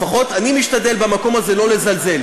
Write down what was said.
לפחות אני משתדל במקום הזה לא לזלזל.